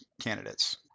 candidates